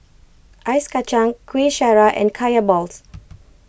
Ice Kacang Kueh Syara and Kaya Balls